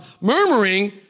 murmuring